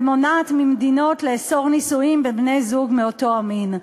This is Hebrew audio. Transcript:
ומונעת ממדינות לאסור נישואים בין בני-זוג מאותו המין.